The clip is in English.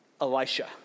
Elisha